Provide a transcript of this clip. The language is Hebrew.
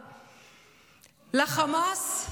לחמאס?